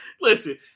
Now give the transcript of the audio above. Listen